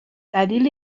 دلیل